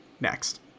Next